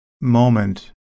moment